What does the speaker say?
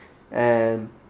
and